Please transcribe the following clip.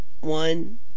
one